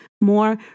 more